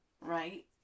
right